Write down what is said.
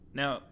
Now